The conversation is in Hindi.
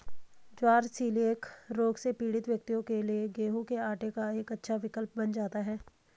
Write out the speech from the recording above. ज्वार सीलिएक रोग से पीड़ित व्यक्तियों के लिए गेहूं के आटे का एक अच्छा विकल्प बन जाता है